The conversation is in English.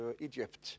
Egypt